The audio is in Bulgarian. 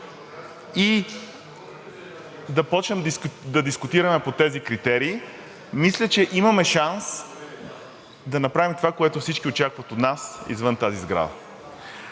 и да започнем да дискутираме по тези критерии, мисля, че имаме шанс да направим това, което всички очакват от нас извън тази сграда.